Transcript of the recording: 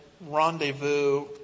rendezvous